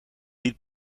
niet